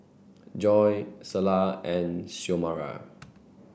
Joy Selah and Xiomara